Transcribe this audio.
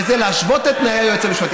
וזה להשוות את תנאי היועץ המשפטי.